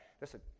listen